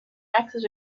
access